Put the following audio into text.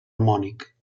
harmònic